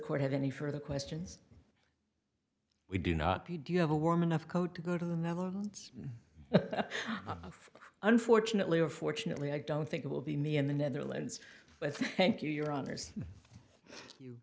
court have any further questions we do not p do you have a warm enough code to go to the netherlands unfortunately or fortunately i don't think it will be me in the netherlands i thank you your honors